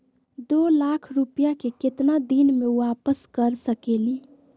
दो लाख रुपया के केतना दिन में वापस कर सकेली?